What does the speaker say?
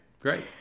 great